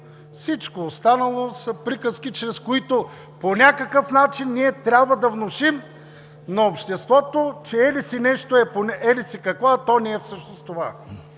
Всичко останало са приказки, чрез които по някакъв начин ние трябва да внушим на обществото, че еди-си нещо е еди-си какво, а то всъщност не